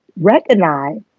recognize